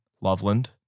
Loveland